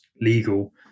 legal